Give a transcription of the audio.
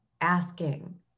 asking